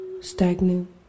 Stagnant